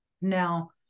Now